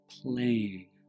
playing